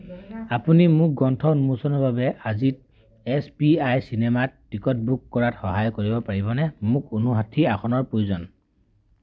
আপুনি মোক গ্ৰন্থ উন্মোচনৰ বাবে আজিত এছ পি আই চিনেমাত টিকট বুক কৰাত সহায় কৰিব পাৰিবনে মোক ঊনষাঠি আসনৰ প্ৰয়োজন